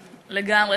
לגמרי.